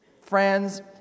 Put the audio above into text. friends